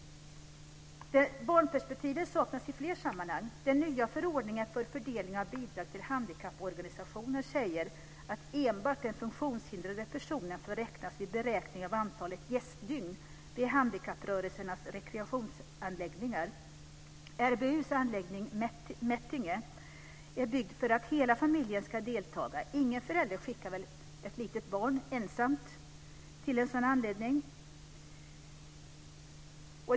Barnperspektivet saknas i fler sammanhang. Den nya förordningen för fördelning av bidrag till handikapporganisationer säger att enbart funktionshindrade personer får räknas vid beräkning av antalet gästdygn vid handikapprörelsernas rekreationsanläggningar. RBU:s anläggningen Mättinge är byggd för att hela familjen ska delta. Ingen förälder skickar väl ett litet barn ensamt till en sådan anläggning.